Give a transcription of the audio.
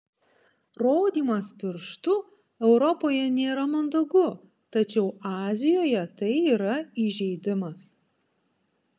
rodymas pirštu europoje nėra mandagu tačiau azijoje tai yra įžeidimas